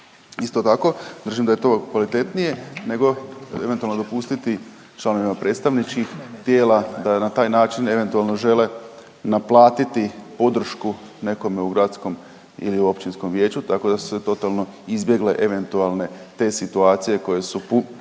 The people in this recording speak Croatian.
Isto tako držim da je to kvalitetnije nego eventualno dopustiti članovima predstavničkih tijela da na taj način eventualno žele naplatiti podršku nekome u gradskom ili općinskom vijeću, tako da su se totalno izbjegle eventualne te situacije koje su